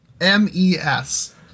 M-E-S